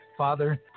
Father